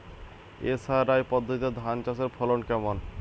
SRI পদ্ধতিতে ধান চাষের ফলন কেমন?